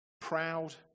proud